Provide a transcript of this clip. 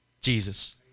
Jesus